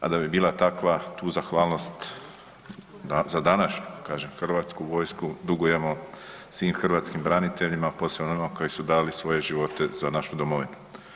A da bi bila takva tu zahvalnost za današnju kažem Hrvatsku vojsku dugujemo svim hrvatskim braniteljima, posebno onima koji su dali svoje živote za našu domovinu.